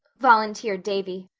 volunteered davy,